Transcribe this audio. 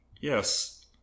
Yes